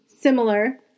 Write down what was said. similar